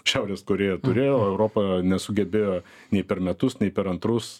šiaurės korėja turėjo o europa nesugebėjo nei per metus nei per antrus